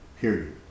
period